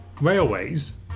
railways